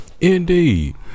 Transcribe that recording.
Indeed